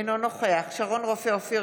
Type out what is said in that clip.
אינו נוכח שרון רופא אופיר,